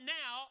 now